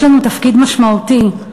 יש לנו תפקיד משמעותי'.